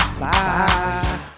Bye